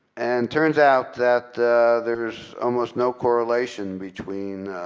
and it turns out that there is almost no correlation between